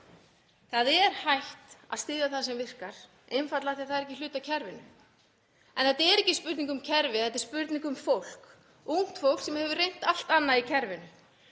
Það er hætt að styðja það sem virkar, einfaldlega af því að það er ekki hluti af kerfinu. En þetta er ekki spurning um kerfi, þetta er spurning um fólk, ungt fólk sem hefur reynt allt annað í kerfinu.